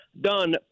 done